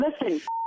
Listen